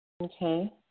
Okay